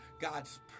God's